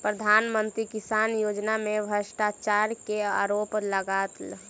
प्रधान मंत्री किसान योजना में भ्रष्टाचार के आरोप लागल